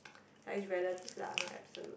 like it's relative lah not absolute